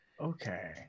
Okay